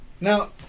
Now